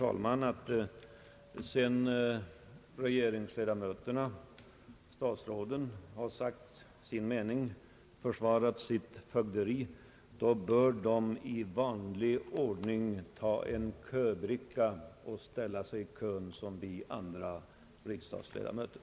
Sedan regeringsledamöterna har försvarat sitt fögderi bör de i vanlig ordning ta en köbricka och ställa sig att vänta på sin tur, såsom vi andra riksdagsmän får göra.